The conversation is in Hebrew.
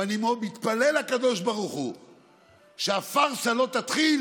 ואני מתפלל לקדוש ברוך הוא שהפארסה לא תתחיל